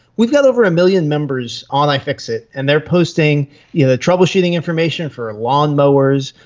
we've got over a million members on ifixit, and they are posting you know troubleshooting information for lawnmowers,